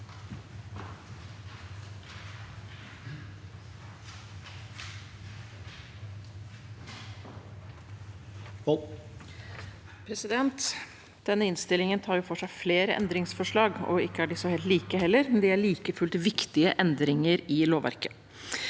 Denne innstillingen tar for seg flere endringsforslag. Ikke er de så helt like heller, men de er like fullt viktige endringer i lovverket.